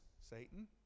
Satan